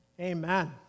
Amen